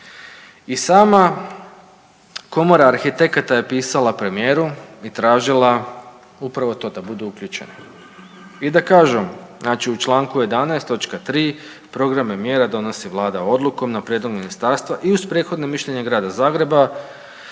I sama Komora arhitekata je pisala premijeru i tražila upravo to da budu uključene i da kažu, znači u članku 11. Točka 3. Programe mjera donosi Vlada odlukom na prijedlog ministarstva i uz prethodno mišljenje grada Zagreba,